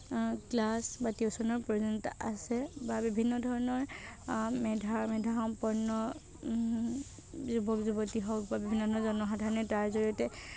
class বা টিউশ্যনৰ প্ৰয়োজনীয়তা আছে বা বিভিন্নধৰণৰ মেধা মেধাসম্পন্ন যুৱক যুৱতী হওঁক বা বিভিন্ন জনসাধাৰণে তাৰ জৰিয়তে